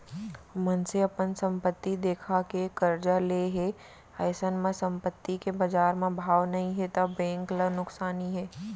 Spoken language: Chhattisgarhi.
मनसे अपन संपत्ति देखा के करजा ले हे अइसन म संपत्ति के बजार म भाव नइ हे त बेंक ल नुकसानी हे